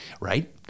right